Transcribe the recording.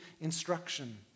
instruction